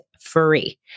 free